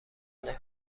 نکن